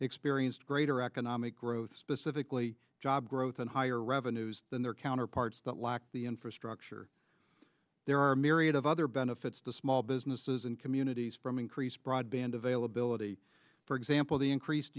experienced greater economic growth specifically job growth and higher revenues than their counterparts that lacked the infrastructure there are a myriad of other benefits to small businesses and communities from increased broadband availability for example the increased